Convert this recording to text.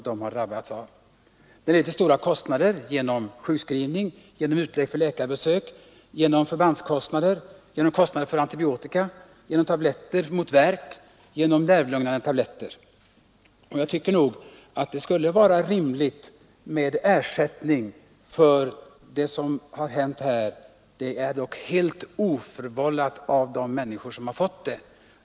Den leder till stora kostnader genom sjukskrivning, genom utlägg för läkarbesök, förbandskostnader, kostnader för antibiotika, tabletter mot värk och nervlugnande tabletter. Det vore rimligt med ersättning eftersom denna sjukdom är helt oförvållad av de människor som fått den.